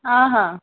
हा हा